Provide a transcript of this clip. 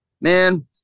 man